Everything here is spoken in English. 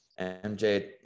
MJ